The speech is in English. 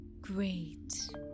great